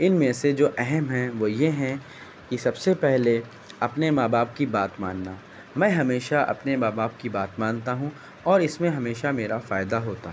ان میں سے جو اہم ہیں وہ یہ ہیں کہ سب سے پہلے اپنے ماں باپ کی بات ماننا میں ہمیشہ اپنے ماں باپ کی بات مانتا ہوں اور اس میں ہمیشہ میرا فائدہ ہوتا ہے